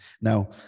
Now